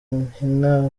nkina